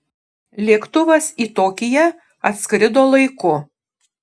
lėktuvas į tokiją atskrido laiku